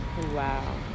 Wow